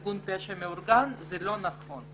לא הייתי שמה את כל ראשי הרשויות כארגון פשע מאורגן כי זה לא נכון.